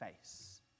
face